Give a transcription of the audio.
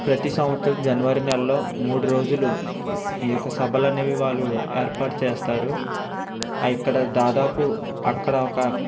ప్రతి సంవత్సరం జనవరి నెలలో మూడు రోజులు ఈ యొక్క సభలు అనేవి వాళ్ళు ఏర్పాటు చేస్తారు ఇక్కడ దాదాపు అక్కడ ఒక